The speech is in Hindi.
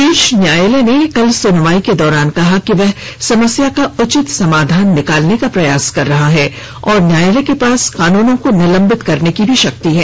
शीर्ष न्यायालय ने कल सुनवाई के दौरान कहा कि वह समस्या का उचित समाधान निकालने का प्रयास कर रहा है और न्यायालय के पास कानूनों को निलंबित करने की शक्ति है